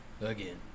Again